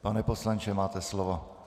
Pane poslanče, máte slovo.